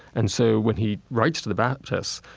and so when he writes to the baptists,